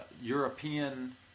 European